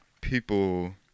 people